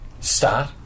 Start